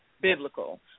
biblical